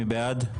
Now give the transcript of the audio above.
מי בעד?